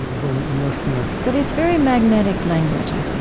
one must not, but it's very magnetic language, i think